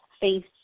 face